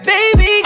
Baby